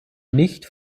nicht